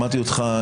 שמעתי אותך,